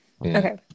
okay